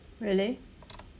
really